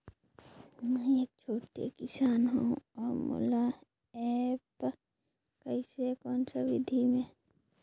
मै एक छोटे किसान हव अउ मोला एप्प कइसे कोन सा विधी मे?